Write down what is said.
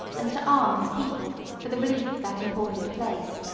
and to arm his people, for the relief of that important place.